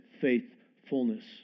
faithfulness